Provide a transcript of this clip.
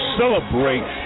celebrate